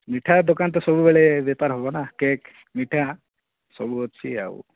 ମିଠା ଦୋକାନ ସବୁବେଳେ ବେପାର ହେବ ନା କେକ୍ ମିଠା ସବୁ ଅଛି ଆଉ